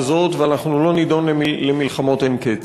הזאת ואנחנו לא נידון למלחמות אין קץ.